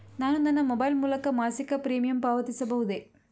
ನಾನು ನನ್ನ ಮೊಬೈಲ್ ಮೂಲಕ ಮಾಸಿಕ ಪ್ರೀಮಿಯಂ ಪಾವತಿಸಬಹುದೇ?